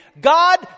God